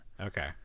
Okay